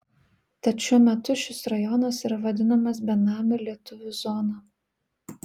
tad šiuo metu šis rajonas yra vadinamas benamių lietuvių zona